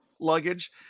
luggage